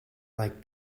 like